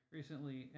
recently